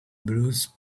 blues